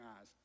eyes